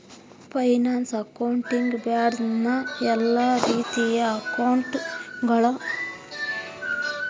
finance accounting board ನ ಎಲ್ಲಾ ರೀತಿಯ ಅಕೌಂಟ ಗಳ ವಿಷಯಗಳ ಬಗ್ಗೆ ಮಾಹಿತಿ ನೀಡುತ್ತ